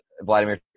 Vladimir